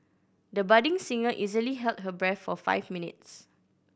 the budding singer easily held her breath for five minutes